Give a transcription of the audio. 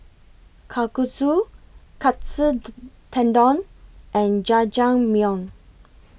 Kalguksu Katsu Tendon and Jajangmyeon